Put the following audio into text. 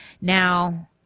Now